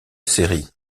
série